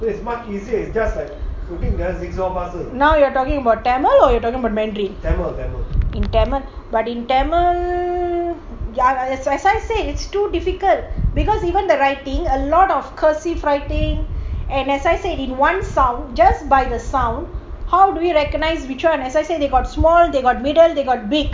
now you're talking about tamil or you're talking about mandarin in tamil but in tamil ya as I said it's too difficult because even the writing lots of cursive writing and as I said in one sound just by the sound how do we regognise which one as I said they got small they got middle they got big